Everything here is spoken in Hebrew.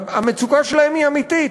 המצוקה שלהם היא אמיתית.